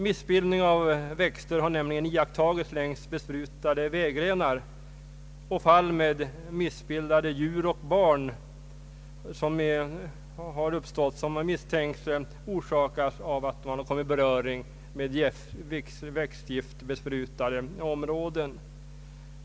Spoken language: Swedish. Missbildning av växter har nämligen iakttagits längs besprutade vägrenar, och fall med missbildade barn och djur misstänks kunna ha visst samband med växtgiftbesprutningen.